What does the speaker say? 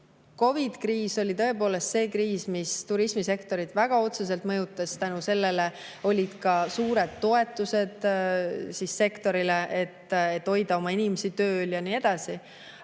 COVID-kriis oli tõepoolest see kriis, mis turismisektorit väga otseselt mõjutas. Selle tõttu [tehti] ka suured toetused sektorile, et hoida oma inimesi tööl, ja nii edasi.